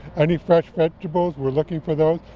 any fresh vegetables we're looking for those.